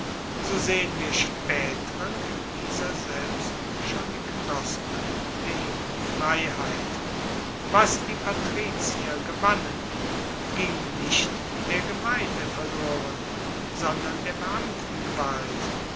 so sehen wir spaeteren in dieser selbst schon die knospen der jungen freiheit was die patrizier gewannen ging nicht der gemeinde verloren sondern der